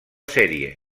sèrie